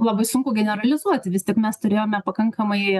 labai sunku generalizuoti vis tik mes turėjome pakankamai